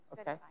Okay